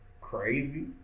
crazy